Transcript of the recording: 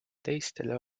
teistele